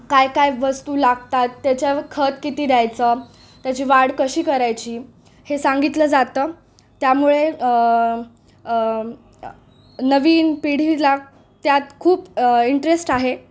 काय काय वस्तू लागतात त्याच्यावर खत किती द्यायचं त्याची वाढ कशी करायची हे सांगितलं जातं त्यामुळे नवीन पिढीला त्यात खूप इंटरेस्ट आहे